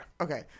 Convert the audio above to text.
Okay